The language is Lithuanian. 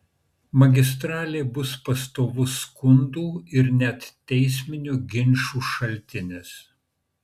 magistralė bus pastovus skundų ir net teisminių ginčų šaltinis